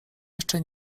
jeszcze